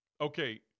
Okay